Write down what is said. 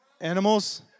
Animals